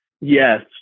Yes